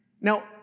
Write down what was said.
Now